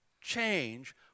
change